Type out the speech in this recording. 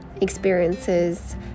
experiences